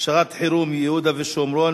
שעת-חירום (יהודה והשומרון,